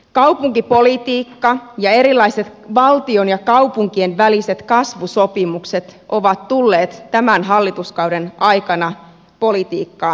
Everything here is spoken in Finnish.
kaupunkipolitiikka ja erilaiset valtion ja kaupunkien väliset kasvusopimukset ovat tulleet tämän hallituskauden aikana politiikkaan mukaan